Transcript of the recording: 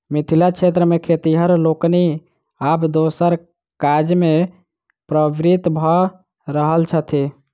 मिथिला क्षेत्र मे खेतिहर लोकनि आब दोसर काजमे प्रवृत्त भ रहल छथि